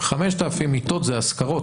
5,000 מיטות זה השכרות,